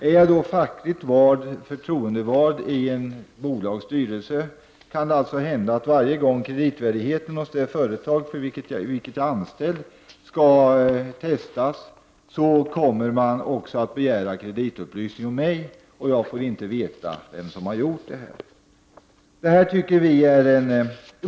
Om jag är fackligt förtroendevald i ett bolags styrelse kan det alltså hända att varje gång kreditvärdigheten skall testas hos det företag hos vilket jag är anställd, kommer man också att begära kreditupplysning om mig, men jag får inte veta vem som gjort det.